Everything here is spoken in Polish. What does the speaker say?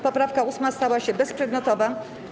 Poprawka 8. stała się bezprzedmiotowa.